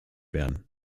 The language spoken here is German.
werden